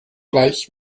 gleich